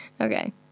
Okay